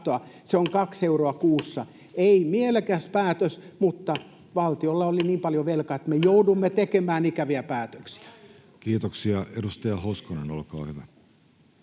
päätös, mutta valtiolla oli niin paljon velkaa, että me joudumme tekemään ikäviä päätöksiä. Kiitoksia. — Edustaja Hoskonen, olkaa hyvä.